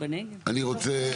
אני רוצה,